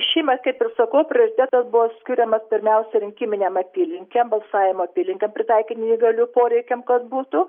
šįmet kaip ir sakau prioritetas buvo skiriamas pirmiausia rinkiminėm apylinkėm balsavimo apylinkėm pritaikė neįgalių poreikiam kad būtų